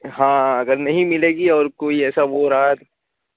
ہاں اگر نہیں ملے گی اور کوئی ایسا وہ رہا